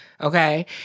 Okay